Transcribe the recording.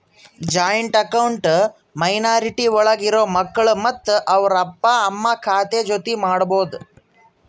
joint account minority ಒಳಗ ಇರೋ ಮಕ್ಕಳು ಮತ್ತೆ ಅವ್ರ ಅಪ್ಪ ಅಮ್ಮ ಖಾತೆ ಜೊತೆ ಮಾಡ್ಬೋದು